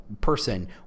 person